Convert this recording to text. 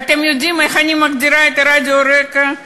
ואתם יודעים איך אני מגדירה את רדיו רק"ע?